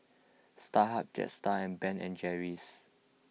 Starhub Jetstar and Ben and Jerry's